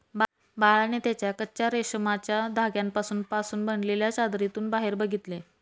बाळाने त्याच्या कच्चा रेशमाच्या धाग्यांपासून पासून बनलेल्या चादरीतून बाहेर बघितले